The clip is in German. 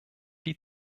die